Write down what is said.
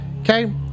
okay